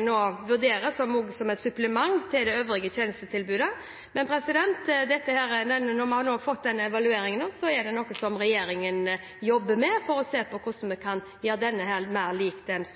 nå vurderes, også som et supplement til det øvrige tjenestetilbudet. Men når vi nå har fått denne evalueringen, er dette noe som regjeringen jobber med for å se hvordan vi kan gjøre ordningen mer lik den